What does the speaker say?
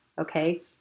Okay